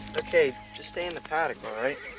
okay, just stay in the paddock, all right?